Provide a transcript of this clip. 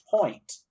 point